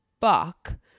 Fuck